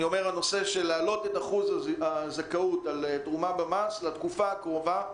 להעלות את אחוז הזכאות על תרומה במס לתקופה הקרובה,